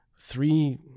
Three